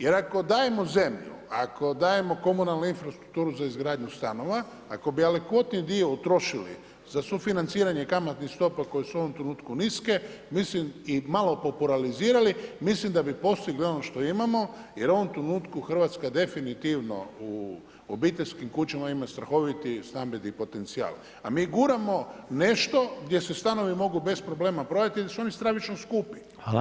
Jer ako dajemo zemlju, ako dajemo komunalnu infrastrukturu za izgradnju stanova, ako bi ... dio utrošili za sufinanciranje kamatnih stopa koje su u ovom trenutku niske i malo popularizirali, mislim da bi postigli ono što imamo jer u ovom trenutku Hrvatska definitivno u obiteljskim kućama ima strahoviti stambeni potencijal, a mi guramo nešto gdje se stanovi mogu bez problema prodati jer su oni stravično skupi.